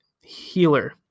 healer